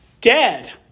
dead